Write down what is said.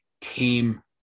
came